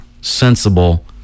sensible